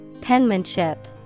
Penmanship